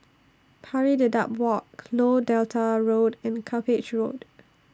Pari Dedap Walk Lower Delta Road and Cuppage Road